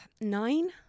Nine